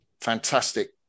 fantastic